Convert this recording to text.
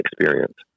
experience